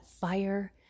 fire